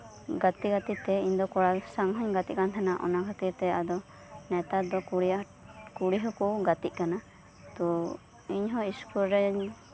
ᱜᱟᱛᱮ ᱜᱟᱛᱮ ᱛᱮ ᱤᱧ ᱫᱚ ᱠᱚᱲᱟ ᱜᱤᱫᱽᱨᱟᱹ ᱥᱟᱶ ᱦᱚᱸᱧ ᱜᱟᱛᱮᱜ ᱠᱟᱱ ᱛᱟᱦᱮᱸᱫᱼᱟ ᱚᱱᱟ ᱠᱷᱟᱛᱤᱨ ᱛᱮ ᱟᱫᱚ ᱱᱮᱛᱟᱨ ᱫᱚ ᱠᱩᱲᱤᱭᱟᱜ ᱠᱩᱲᱤ ᱦᱚᱸᱠᱚ ᱜᱟᱛᱮᱜ ᱠᱟᱱᱟ ᱛᱚ ᱤᱧ ᱦᱚᱸ ᱥᱠᱩᱞ ᱨᱮ